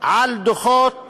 על דוחות